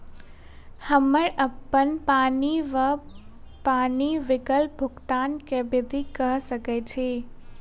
हम्मर अप्पन पानि वा पानि बिलक भुगतान केँ विधि कऽ सकय छी?